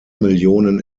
millionen